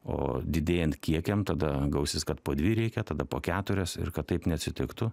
o didėjant kiekiam tada gausis kad po dvi reikia tada po keturias ir kad taip neatsitiktų